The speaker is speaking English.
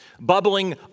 Bubbling